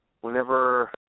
Whenever